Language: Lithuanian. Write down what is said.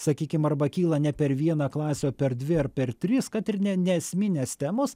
sakykim arba kyla ne per vieną klasę o per dvi ar per tris kad ir ne ne esminės temos